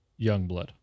Youngblood